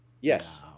Yes